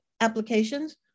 applications